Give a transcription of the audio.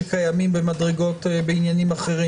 שקיימם במדרגות בעניינים אחרים?